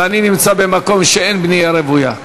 ואני נמצא במקום שאין בו בנייה רוויה.